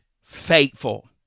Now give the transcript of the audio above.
faithful